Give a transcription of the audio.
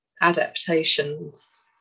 adaptations